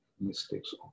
mistakes